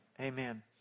Amen